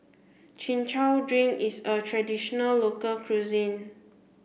chin chow drink is a traditional local cuisine